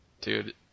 Dude